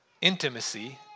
intimacy